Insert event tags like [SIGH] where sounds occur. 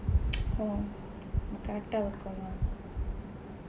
[NOISE] oh correct ah இருக்கும்:irukkum lah